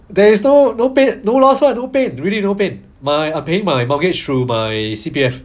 there is no no pain no loss what no pain really you know no pain my I paying my mortgage through my C_P_F